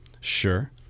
Sure